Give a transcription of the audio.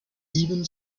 even